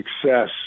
success